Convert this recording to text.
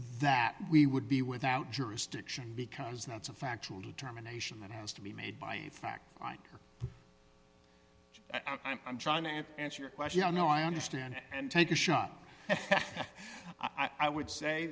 that we would be without jurisdiction because that's a factual determination that has to be made by a fact or i'm trying to answer your question no i understand and take a shot i would say